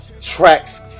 tracks